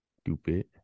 stupid